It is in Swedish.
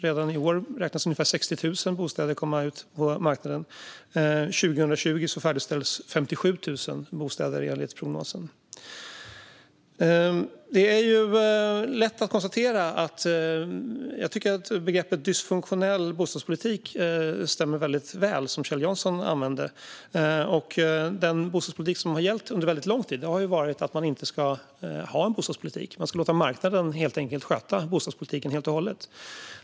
Redan i år beräknas ungefär 60 000 bostäder komma ut på marknaden. År 2020 färdigställs 57 000 bostäder enligt prognosen. Jag tycker att begreppet dysfunktionell bostadspolitik, som Kjell Jansson använde, stämmer väldigt väl. Den bostadspolitik som har gällt under väldigt lång tid har varit att man inte ska ha en bostadspolitik utan helt enkelt låta marknaden sköta bostadspolitiken helt och hållet.